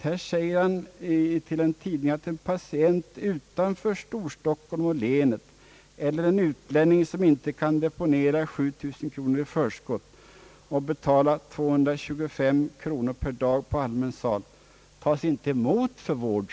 Här säger han till en tidning, att en patient utanför Storstockholm och länet, eller en utlänning, som inte kan deponera 7000 kronor i förskott och betala 225 kronor per dag på allmän sal, inte tas emot för vård.